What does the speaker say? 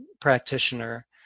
practitioner